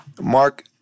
Mark